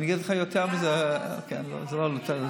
ואני אגיד לך יותר מזה, זה לא למיקרופון.